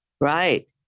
Right